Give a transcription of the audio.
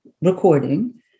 recording